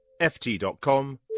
ft.com